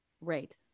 Right